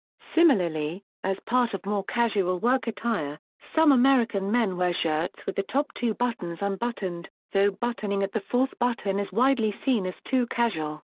similarly, as part of more casual work attire, some american men wear shirts with the top two buttons unbuttoned, though buttoning at the fourth button is widely seen as too casual.